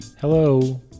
Hello